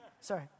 Sorry